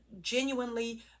genuinely